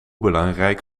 belangrijk